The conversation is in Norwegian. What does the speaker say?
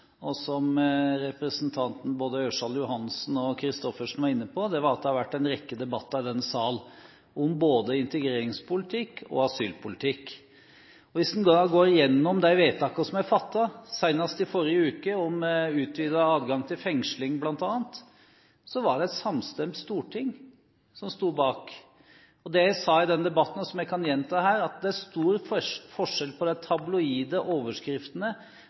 og som både representanten Ørsal Johansen og representanten Christoffersen var inne på, er at det har vært en rekke debatter i denne sal om både integreringspolitikk og asylpolitikk. Hvis en går gjennom de vedtakene som er fattet, senest i forrige uke, om utvidet adgang til fengsling bl.a., ser en at det var et samstemt storting som sto bak. Det jeg sa i den debatten, og som jeg kan gjenta her, er at det er stor forskjell på de tabloide overskriftene,